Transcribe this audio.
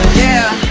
yeah